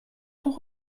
pour